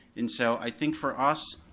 and so i think for us